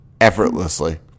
Effortlessly